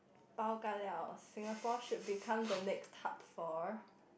Singapore should become the next hub for